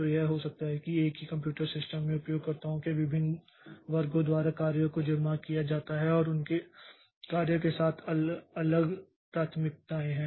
तो यह हो सकता है कि एक ही कंप्यूटर सिस्टम में उपयोगकर्ताओं के विभिन्न वर्गों द्वारा कार्य को जमा किया जाता है और उनकी कार्य के साथ अलग प्राथमिकताएं होती हैं